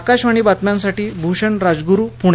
आकाशवाणी बातम्यांसाठी भूषण राजगुरु पुणे